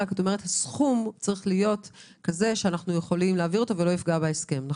רק שהסכום צריך להיות כזה שאתם יכולים להעביר אותו ולא יפגע בהסכם?